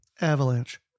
avalanche